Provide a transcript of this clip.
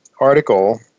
article